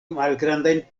malgrandaj